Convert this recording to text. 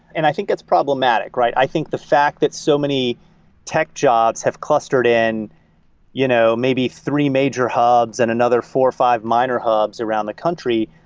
and i think it's problematic. i think the fact that so many tech jobs have clustered in you know maybe three major hubs and another four, five minor hubs around the country,